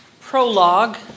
prologue